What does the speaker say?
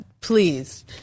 please